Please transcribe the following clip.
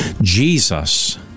Jesus